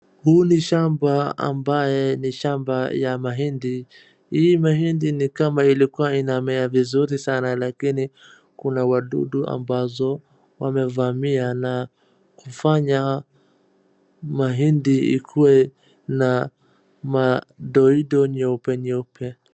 huu ni shamba ambaye ni shamba ya mahindi. Hii mahindi ni kama ilikua inamea vizuri sana lakini kuna wadudu ambazo wamevamia na kufanya mahindi ikue na madoido nyeupe nyeupe.